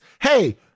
Hey